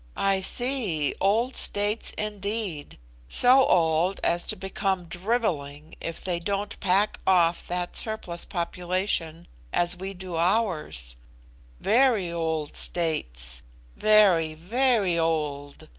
i see! old states indeed so old as to become drivelling if they don't pack off that surplus population as we do ours very old states very, very old!